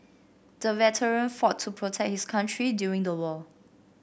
the veteran fought to protect his country during the war